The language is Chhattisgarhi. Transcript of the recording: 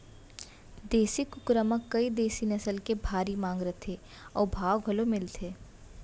देसी कुकरा म कइ देसी नसल के भारी मांग रथे अउ भाव घलौ मिलथे